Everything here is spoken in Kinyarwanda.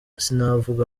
sinavuga